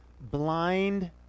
blind